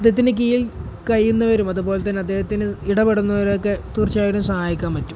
അദ്ദേഹത്തിന് കീഴിൽ കഴിയുന്നവര്ക്കും അതുപോലെ തന്നെ അദ്ദേഹവുമായി ഇടപെടുന്നവര്ക്കുമൊക്കെ തീർച്ചയായിട്ടും സഹായിക്കാൻ പറ്റും